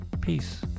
peace